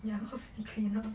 ya cause it cleaner